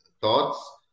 thoughts